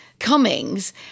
Cummings